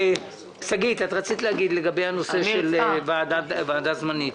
שגית, רצית לומר לגבי הנושא של ועדה זמנית.